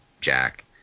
Jack